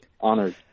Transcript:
honored